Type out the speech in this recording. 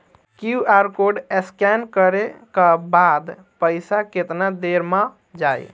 QR code scan न करे क बाद पइसा केतना देर म जाई?